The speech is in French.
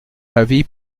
avis